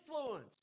influence